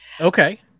okay